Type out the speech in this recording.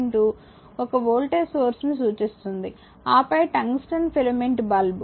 2 ఒక voltage source ని సూచిస్తుంది ఆపై టంగ్స్టన్ ఫిలమెంట్ బల్బు